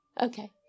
okay